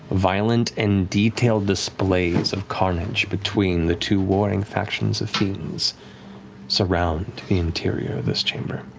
violent and detailed displays of carnage between the two warring factions of fiends surround the interior of this chamber.